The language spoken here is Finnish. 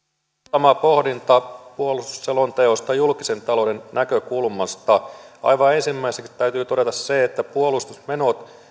muutama pohdinta puolustusselonteosta julkisen talouden näkökulmasta aivan ensimmäiseksi täytyy todeta se että puolustusmenot